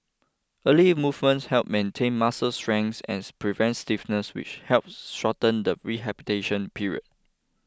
early movement helps maintain muscle strength and prevents stiffness which helps shorten the rehabilitation period